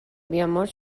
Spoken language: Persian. بیامرز